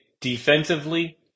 defensively